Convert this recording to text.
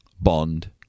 bond